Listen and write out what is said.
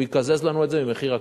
הוא יקזז לנו את זה ממחיר הקרקע.